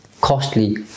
costly